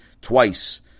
twice